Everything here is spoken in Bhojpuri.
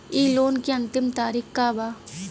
इ लोन के अन्तिम तारीख का बा?